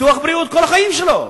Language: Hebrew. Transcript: ביטוח בריאות כל החיים שלו,